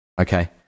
okay